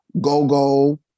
go-go